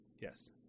yes